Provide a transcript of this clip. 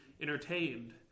entertained